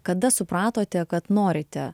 kada supratote kad norite